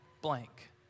blank